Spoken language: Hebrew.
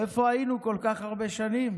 איפה היינו כל כך הרבה שנים